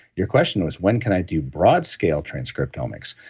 your question was, when can i do broad scale transcriptomics?